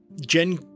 Jen